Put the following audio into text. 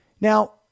now